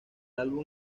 álbum